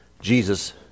Jesus